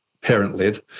parent-led